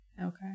Okay